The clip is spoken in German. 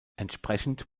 entsprechend